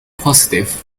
positive